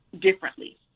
differently